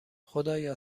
خدایا